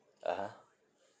(uh huh)